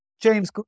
James